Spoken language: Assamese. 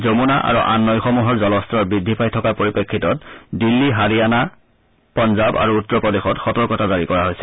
যমূনা আৰু আন নৈসমূহৰ জলস্তৰ বৃদ্ধি পাই থকাৰ পৰিপ্ৰেক্ষিতত দিল্লী হাৰিয়ানা আৰু পাঞ্জাৱ আৰু উত্তৰ প্ৰদেশত সতৰ্কতা জাৰি কৰা হৈছে